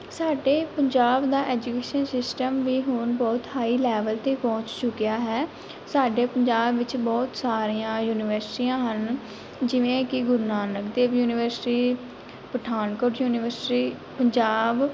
ਸਾਡੇ ਪੰਜਾਬ ਦਾ education system ਵੀ ਹੁਣ ਬਹੁਤ ਹਾਈ ਲੈਵਲ 'ਤੇ ਪਹੁੰਚ ਚੁੱਕਿਆ ਹੈ ਸਾਡੇ ਪੰਜਾਬ ਵਿੱਚ ਬਹੁਤ ਸਾਰੀਆਂ ਯੂਨੀਵਰਸਿਟੀਆਂ ਹਨ ਜਿਵੇਂ ਕਿ ਗੁਰੂ ਨਾਨਕ ਦੇਵ ਯੂਨੀਵਰਸਿਟੀ ਪਠਾਨਕੋਟ ਯੂਨੀਵਰਸਿਟੀ ਪੰਜਾਬ